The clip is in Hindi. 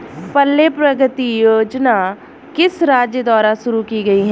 पल्ले प्रगति योजना किस राज्य द्वारा शुरू की गई है?